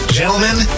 gentlemen